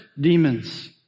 demons